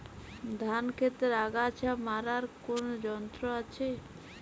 ধান ক্ষেতের আগাছা মারার কোন যন্ত্র আছে?